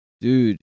dude